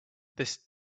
this